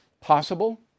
Possible